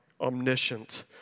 omniscient